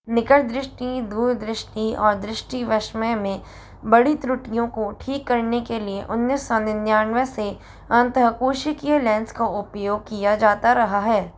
निकट दृष्टि दूर दृष्टि और दृष्टिवैषम्य में बड़ी त्रुटियों को ठीक करने के लिए उन्नीस सौ निन्यानवे से अंतःकोशिकीय लेंस का उपयोग किया जाता रहा है